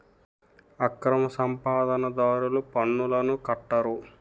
అక్రమ సంపాదన దారులు పన్నులను కట్టరు